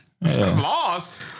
Lost